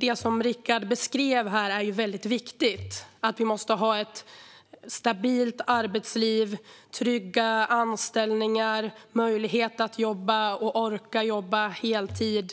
Larsson beskrev är viktigt. Vi måste ha ett stabilt arbetsliv med trygga anställningar och möjlighet att jobba och att orka jobba heltid.